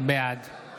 בעד זאב